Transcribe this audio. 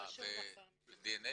דנ"א